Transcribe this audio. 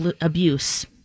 abuse